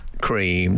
cream